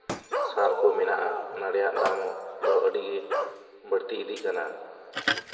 ᱥᱟᱨ ᱠᱚ ᱢᱮᱱᱟᱜᱼᱟ ᱚᱱᱟ ᱥᱟᱨ ᱨᱮᱭᱟᱜ ᱫᱟᱢ ᱫᱚ ᱟᱹᱰᱤ ᱵᱟᱹᱲᱛᱤ ᱤᱫᱤᱜ ᱠᱟᱱᱟ